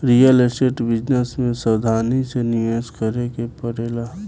real estate business में सावधानी से निवेश करे के पड़ेला